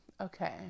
Okay